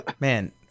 Man